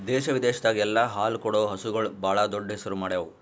ದೇಶ ವಿದೇಶದಾಗ್ ಎಲ್ಲ ಹಾಲು ಕೊಡೋ ಹಸುಗೂಳ್ ಭಾಳ್ ದೊಡ್ಡ್ ಹೆಸರು ಮಾಡ್ಯಾವು